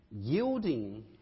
yielding